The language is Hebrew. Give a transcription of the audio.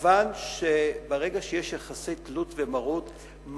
כיוון שברגע שיש יחסי תלות ומרות,